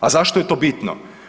A zašto je to bitno?